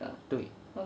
对